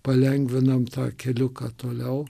palengvinam tą keliuką toliau